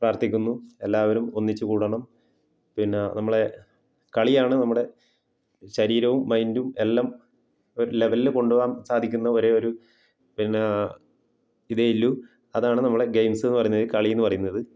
പ്രാർഥിക്കുന്നു എല്ലാവരും ഒന്നിച്ച് കൂടണം പിന്നെ നമ്മളെ കളിയാണ് നമ്മുടെ ശരീരവും മൈൻഡും എല്ലാം ഒരു ലെവലിൽ കൊണ്ടുപോകാൻ സാധിക്കുന്ന ഒരേ ഒരു പിന്നെ ഇതേയുള്ളു അതാണ് നമ്മളെ ഗെയിംസ് എന്ന് പറയുന്നത് കളി എന്ന് പറയുന്നത്